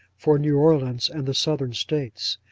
for new orleans and the southern states.